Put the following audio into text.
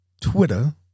Twitter